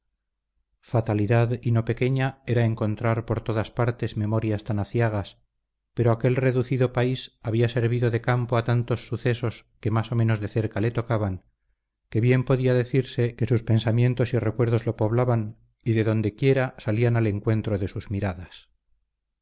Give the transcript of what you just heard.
fatalidad y no pequeña era encontrar por todas partes memorias tan aciagas pero aquel reducido país había servido de campo a tantos sucesos que más o menos de cerca le tocaban que bien podía decirse que sus pensamientos y recuerdos lo poblaban y de donde quiera salían al encuentro de sus miradas